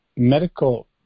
medical